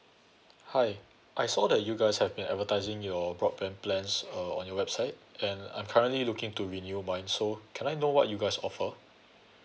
hi I saw that you guys have been advertising your broadband plans uh on your website and I'm currently looking to renew mine so can I know what you guys offer